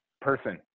person